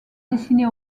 dessinée